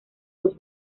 dos